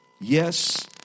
Yes